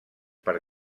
per